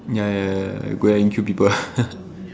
ya ya ya ya go and kill people